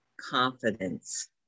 confidence